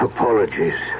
Apologies